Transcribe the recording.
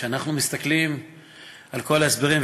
כשאנחנו מסתכלים על כל ההסברים,